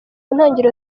ntangiro